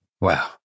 Wow